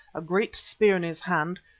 a great spear in his hand,